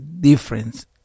difference